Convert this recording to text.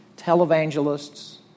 televangelists